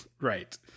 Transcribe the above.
right